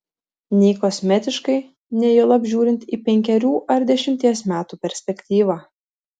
nei kosmetiškai nei juolab žiūrint į penkerių ar dešimties metų perspektyvą